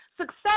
Success